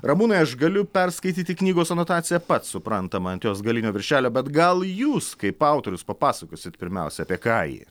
ramūnai aš galiu perskaityti knygos anotaciją pats suprantama ant jos galinio viršelio bet gal jūs kaip autorius papasakosit pirmiausia apie ką ji